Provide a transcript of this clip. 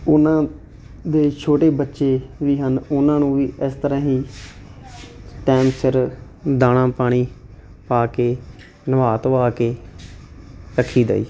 ਉਹਨਾਂ ਦੇ ਛੋਟੇ ਬੱਚੇ ਵੀ ਹਨ ਉਹਨਾਂ ਨੂੰ ਵੀ ਇਸ ਤਰ੍ਹਾਂ ਹੀ ਟਾਈਮ ਸਿਰ ਦਾਣਾ ਪਾਣੀ ਪਾ ਕੇ ਨਵਾ ਧਵਾ ਕੇ ਰੱਖੀਦਾ ਜੀ